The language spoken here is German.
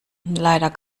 leider